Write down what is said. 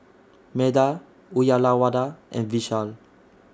Medha Uyyalawada and Vishal